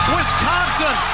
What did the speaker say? Wisconsin